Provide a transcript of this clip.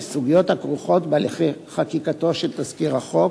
לסוגיות הכרוכות בהליכי חקיקתו של תזכיר החוק,